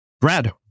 Brad